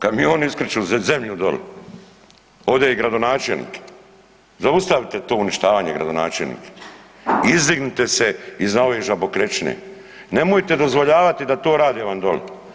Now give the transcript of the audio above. Kamioni iskrču zemlju doli, ovdje je gradonačelnik, zaustavite to uništavanje gradonačelnik, izdignite se iz na ove žabokrečine, nemojte dozvoljavati da to rade vam doli.